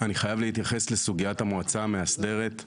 אני חייב להתייחס לסוגיית המועצה המאסדרת.